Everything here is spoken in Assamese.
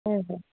হয় হয়